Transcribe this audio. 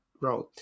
Road